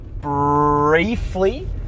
briefly